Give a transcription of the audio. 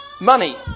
Money